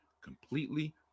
completely